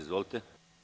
Izvolite.